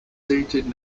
seated